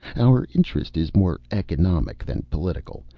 our interest is more economic than political.